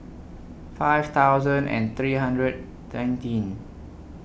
five thousand and three hundred